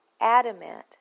adamant